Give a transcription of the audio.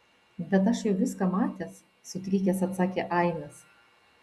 bet aš jau viską matęs sutrikęs atsakė ainas